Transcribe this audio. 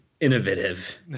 innovative